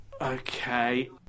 Okay